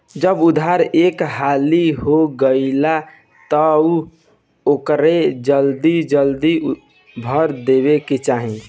जब उधार एक हाली हो गईल तअ ओके जल्दी जल्दी भर देवे के चाही